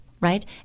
right